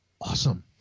awesome